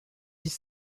dix